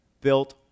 built